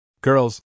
Girls